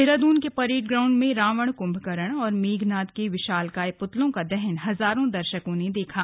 देहरादून के parade ground में रावण कुंभकरण और मेघनाद के विशालकाय पुतलों का दहन हजारों दर्शकों ने देखा